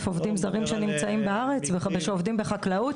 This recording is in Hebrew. עובדים זרים שנמצאים בארץ ועובדים בחקלאות?